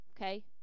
Okay